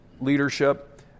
leadership